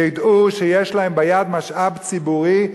ידעו שיש להם ביד משאב ציבורי,